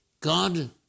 God